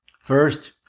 First